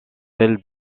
celles